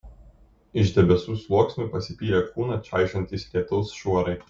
iš debesų sluoksnių pasipylė kūną čaižantys lietaus šuorai